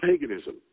paganism